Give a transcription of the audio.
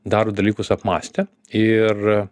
daro dalykus apmąstę ir